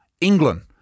England